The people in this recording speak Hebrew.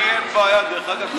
לי אין בעיה דרך אגב.